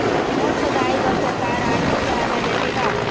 Bore खोदाई बर सरकार आरथिक सहायता देथे का?